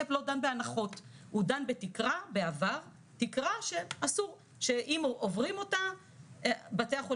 האם הסכומים שכתובים שם הם באמת הסכומים שעולים לקופות?